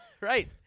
right